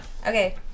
Okay